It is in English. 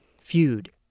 Feud